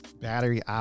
battery